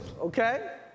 okay